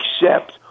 accept